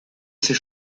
ces